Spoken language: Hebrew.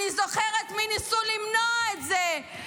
אני זוכרת מי ניסו למנוע את זה,